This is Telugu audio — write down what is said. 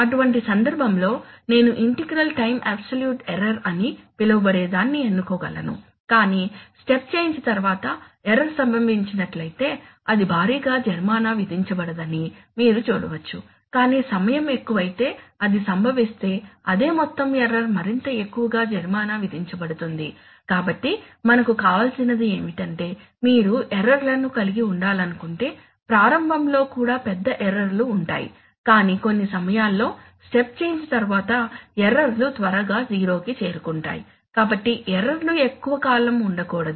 అటువంటి సందర్భంలో నేను ఇంటిగ్రల్ టైం అబ్సోల్యూట్ ఎర్రర్ అని పిలవబడేదాన్ని ఎన్నుకోగలను కాని స్టెప్ చేంజ్ తర్వాత ఎర్రర్ సంభవించినట్లయితే అది భారీగా జరిమానా విధించబడదని మీరు చూడవచ్చు కాని సమయం ఎక్కువైతే అది సంభవిస్తే అదే మొత్తం ఎర్రర్ మరింత ఎక్కువగా జరిమానా విధించబడుతుంది కాబట్టి మనకు కావలసినది ఏమిటంటే మీరు ఎర్రర్ లను కలిగి ఉండాలనుకుంటే ప్రారంభంలో కూడా పెద్ద ఎర్రర్ లు ఉంటాయి కానీ కొన్ని సమయాల్లో స్టెప్ చేంజ్ తరువాత ఎర్రర్ లు త్వరగా జీరో కి చేరుకుంటాయి కాబట్టి ఎర్రర్ లు ఎక్కువ కాలం ఉండకూడదు